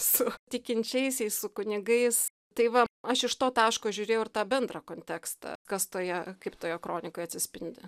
su tikinčiaisiais su kunigais tai va aš iš to taško žiūrėjau ir tą bendrą kontekstą kas toje kaip toje kronikoje atsispindi